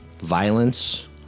violence